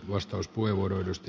arvoisa puhemies